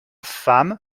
femme